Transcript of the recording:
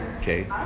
okay